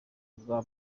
bwa